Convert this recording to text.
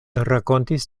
rakontis